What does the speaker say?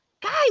guys